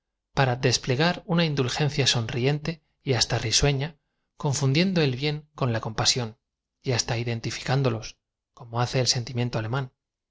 para desplegar una indulgencia sonriente y hasta rlsuesa confundiendo el bien con la compasión y hadta ideatiñcándolos como hace el sentimiento alemán